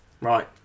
Right